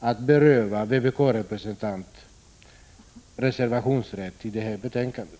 att beröva vpk-representanten hennes reservationsrätt i detta ärende.